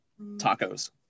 tacos